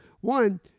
One